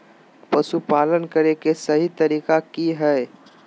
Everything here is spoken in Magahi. पशुपालन करें के सही तरीका की हय?